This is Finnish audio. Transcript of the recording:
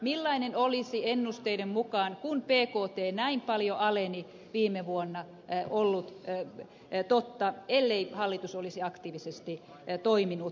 millainen tilanne olisi ennusteiden mukaan kun bkt näin paljon aleni viime vuonna ollut totta ellei hallitus olisi aktiivisesti toiminut